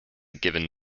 given